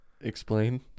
explain